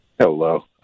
Hello